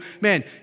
man